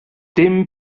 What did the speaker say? dim